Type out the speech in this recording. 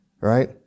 right